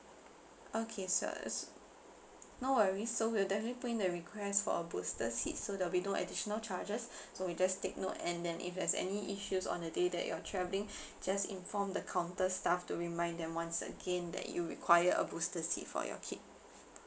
okay so s~ no worries so we'll definitely put in the request for a booster seat so there'll be no additional charges so we'll just take note and then if there's any issues on the day that you're travelling just inform the counter staff to remind them once again that you require a booster seat for your kid